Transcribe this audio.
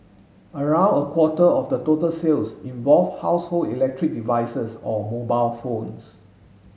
around a quarter of the total sales involve household electric devices or mobile phones